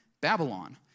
Babylon